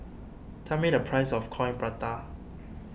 tell me the price of Coin Prata